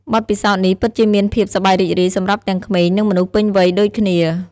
បទពិសោធន៍នេះពិតជាមានភាពសប្បាយរីករាយសម្រាប់ទាំងក្មេងនិងមនុស្សពេញវ័យដូចគ្នា។